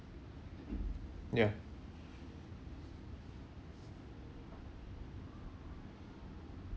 ya